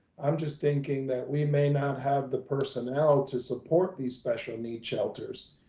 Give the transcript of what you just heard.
i'm just thinking that we may not have the personnel to support these special need shelters,